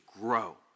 grow